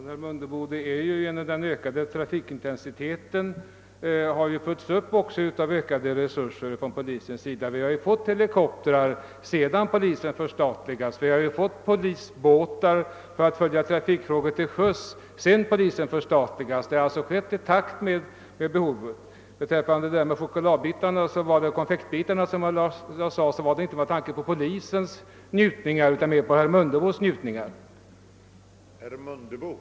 Herr talman! Men, herr Mundebo, den ökade trafikintensiteten har ju följts upp av ökade resurser för polisen. Sedan denna förstatligades har den fått helikoptrar, den har också fått polisbåtar för att följa trafiken till sjöss. Resurserna har alltså förstärkts i takt med behoven. När jag talade om konfektbitar var det inte polisens utan herr Mundebos njutningar jag tänkte på.